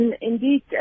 indeed